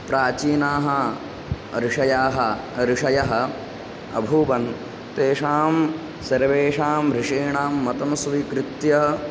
प्राचीनाः ऋषयः ऋषयः अभूवन् तेषां सर्वेषां ऋषीणां मतं स्वीकृत्य